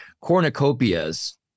cornucopias